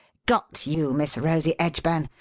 got you, miss rosie edgburn!